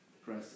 Press